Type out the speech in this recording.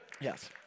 Yes